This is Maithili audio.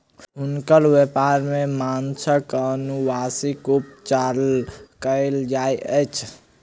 हुनकर व्यापार में माँछक अनुवांशिक उपचार कयल जाइत अछि